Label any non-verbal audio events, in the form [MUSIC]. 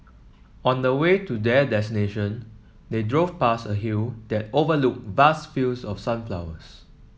on the way to their [UNINTELLIGIBLE] they drove past a hill that overlooked vast fields of sunflowers